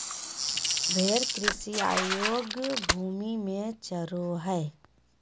भेड़ कृषि अयोग्य भूमि में चरो हइ